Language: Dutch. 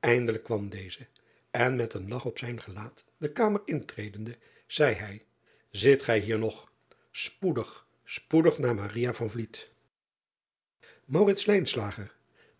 indelijk kwam deze en met een lach op zijn gelaat de kamer intredende zeide hij it gij hier nog spoedig spoedig naar